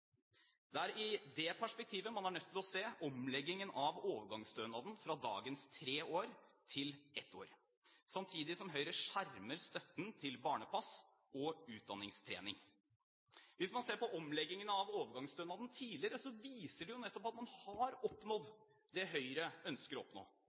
er i det perspektivet man er nødt til å se omleggingen av overgangsstønaden fra dagens tre år til ett år, samtidig som Høyre skjermer støtten til barnepass og utdanningstrening. Hvis man ser på den tidligere omleggingen av overgangsstønaden, viser det seg nettopp at man har oppnådd det Høyre ønsker å oppnå.